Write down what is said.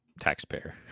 taxpayer